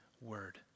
word